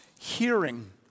hearing